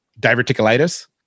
diverticulitis